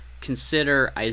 consider